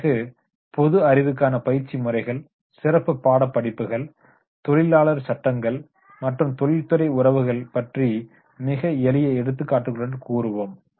பிறகு பொது அறிவுக்கான பயிற்சி முறைகள் சிறப்பு பாடப் படிப்புகள் தொழிலாளர் சட்டங்கள் மற்றும் தொழில்துறை உறவுகள் பற்றி மிக எளிய எடுத்துக்காட்டுகளுடன் கூறுவோம்